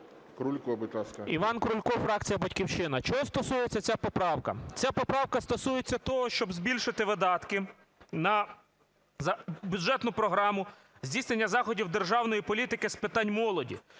Іван Крулько, фракція "Батьківщина". Чого стосується ця поправка? Ця поправка стосується того, щоб збільшити видатки на бюджету програму здійснення заходів державної політики з питань молоді.